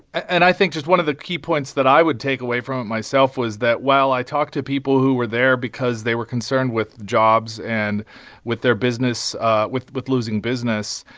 and i think just one of the key points that i would take away from it myself was that while i talked to people who were there because they were concerned with jobs and with their business ah with with losing business,